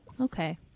okay